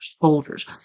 soldiers